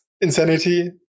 insanity